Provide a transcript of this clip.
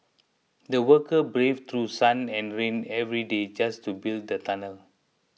the workers braved through sun and rain every day just to build the tunnel